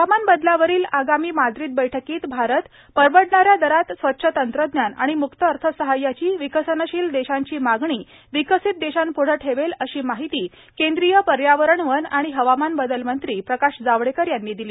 हवामान बदलावरील आगामी माद्रीद बैठकीत भारत परवडणाऱ्या दरात स्वच्छ तंत्रज्ञान आणि म्क्त अर्थसहाय्याची विकसनशील देशांची मागणी विकसित देशांप्ढं ठेवेल अशी माहिती केंद्रीय पर्यावरण वन आणि हवामान बदल मंत्री प्रकाश जावडेकर यांनी दिली